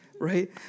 right